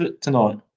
tonight